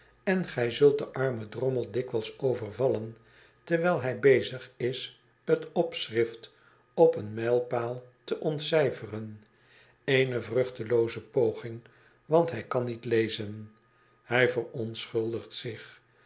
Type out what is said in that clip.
en g zult den armen drommel dikwijlsovervallen terwijl hij bezigis topschrift op een mijlpaal te ontcijferen eene vruchtelooze poging want hij kan niet lezen hij verontschuldigt zich